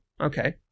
okay